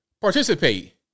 participate